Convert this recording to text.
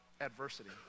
adversity